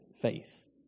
faith